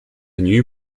new